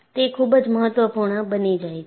તે ખૂબ જ મહત્વપૂર્ણ બની જાય છે